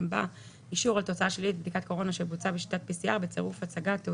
זאת אומרת שלא